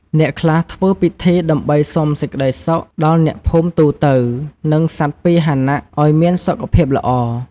អ្នកខ្លះធ្វើពិធីដើម្បីសុំសេចក្តីសុខ ដល់អ្នកភូមិទូទៅ និងសត្វពាហនៈឱ្យមានសុខភាពល្អ។